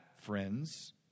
friends